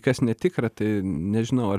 kas netikra tai nežinau ar